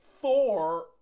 four